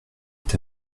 est